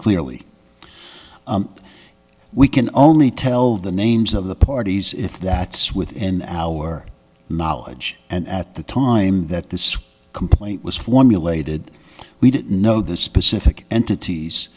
clearly we can only tell the names of the parties if that swithin our knowledge and at the time that this complaint was formulated we didn't know the specific entities